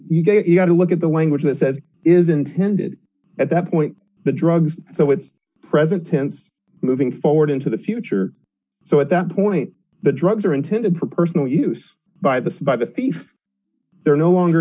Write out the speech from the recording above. you've got to look at the language that says it is intended at that point the drugs so it's present tense moving forward into the future so at that point the drugs are intended for personal use by this by the thief they're no longer